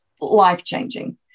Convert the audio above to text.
life-changing